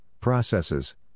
processes